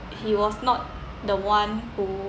he was not the one who